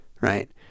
right